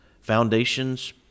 foundations